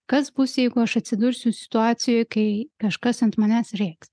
kas bus jeigu aš atsidursiu situacijoj kai kažkas ant manęs rėks